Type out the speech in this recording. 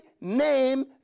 name